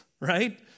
right